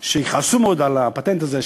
שיכעסו מאוד על הפטנט הזה,